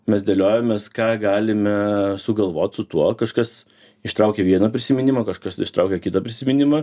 mes dėliojomės ką galime sugalvot su tuo kažkas ištraukė vieną prisiminimą kažkas ištraukia kitą prisiminimą